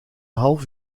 half